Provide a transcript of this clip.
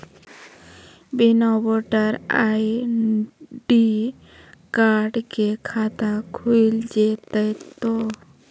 बिना voter ID card के खाता खुल जैते तो?